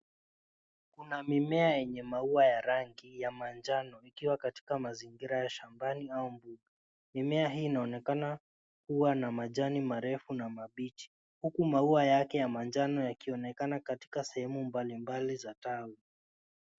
Kuna mimea yenye maua ya rangi ya manjano ikiwa katika mazingira ya shambani au mbuga. Mimea hiyo inaonekana kuwa na majani marefu na mabichi huku maua yake ya manjano yakionekana katika sehemu mbali mbali za tawi.